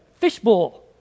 fishbowl